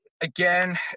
again